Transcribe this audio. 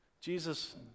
Jesus